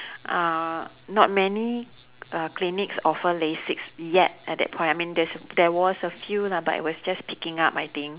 uh not many uh clinics offer lasik yet at the point I mean there's there was a few lah but it was just picking up I think